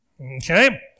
okay